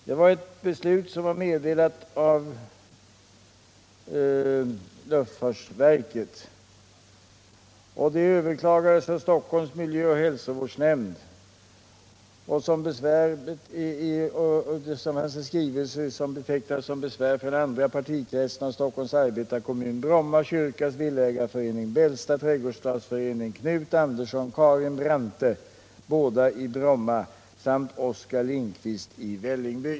Det var ett beslut som var meddelat av luftfartsverket. Det överklagades av Stockholms miljöoch hälsovårdsnämnd. Samma skrivelse upptog även besvär från andra partikretsen av Stockholms arbetarekommun, Bromma kyrkas villaägareförening, Bällsta trädgårdsstadsförening, Knut Andersson, Bromma, Karin Brante, Bromma, samt Oskar Lindkvist, Vällingby.